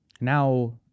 Now